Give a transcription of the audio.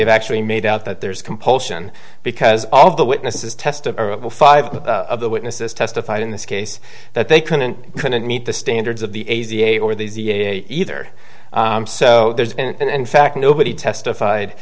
they've actually made out that there's compulsion because all of the witnesses testify five of the witnesses testified in this case that they couldn't couldn't meet the standards of the a z a or the z a either so there's and fact nobody testified